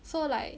so like